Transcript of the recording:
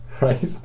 right